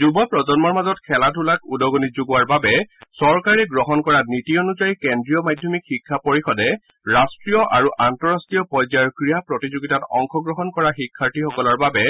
যুৱ প্ৰজন্মৰ মাজত খেলা ধুলাত উদগনি যোগোৱাৰ বাবে চৰকাৰে গ্ৰহণ কৰা নীতি অনুযায়ী কেন্দ্ৰীয় মাধ্যমিক শিক্ষা পৰিষদে ৰাট্টীয় আৰু আন্তঃৰট্টীয় পৰ্য্যায়ৰ ক্ৰীড়া প্ৰতিযোগিতাত অংশগ্ৰহণ কৰা শিক্ষাৰ্থীসকলৰ বাবে